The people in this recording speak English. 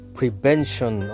prevention